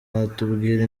watubwira